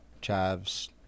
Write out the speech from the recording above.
chives